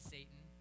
Satan